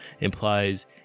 implies